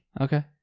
Okay